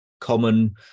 common